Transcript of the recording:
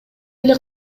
эле